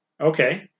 Okay